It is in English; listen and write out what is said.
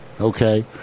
okay